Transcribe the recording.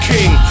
King